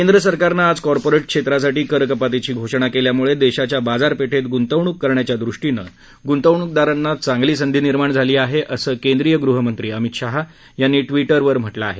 केंद्र सरकारनं आज कॉर्पोरेट क्षेत्रासाठी कर कपातीची घोषणा केल्यामुळे देशाच्या बाजारपेठेत गुंतवणूक करण्याच्या दृष्टीनं गुंतवणूकदारांना चांगली संधी निर्माण झाली आहे असं केंद्रीय गृहमंत्री अमित शाह यांनी ट्विटरवर म्हटलं आहे